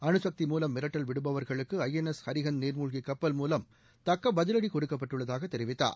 அணுசக்தி மூலம் மிரட்டல் விடுபவர்களுக்கு ஐ என் எஸ் ஹரிஹந்த் நீர்மூழக்கி கப்பல் மூலம் தக்க பதிலடி கொடுக்கப்பட்டுள்ளதாக தெரிவித்தார்